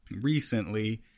recently